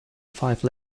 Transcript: five